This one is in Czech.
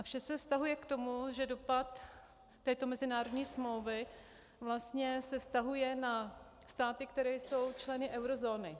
Vše se vztahuje k tomu, že dopad této mezinárodní smlouvy vlastně se vztahuje na státy, které jsou členy eurozóny.